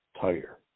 tire